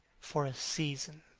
for a season.